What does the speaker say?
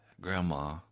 grandma